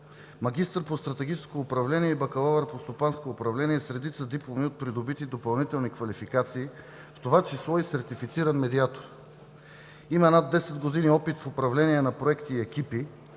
магистър по стратегическо управление и бакалавър по стопанско управление, с редица дипломи от придобити допълнителни квалификации, в това число и сертифициран медиатор. Има над 10 години опит в управление на проекти и екипи,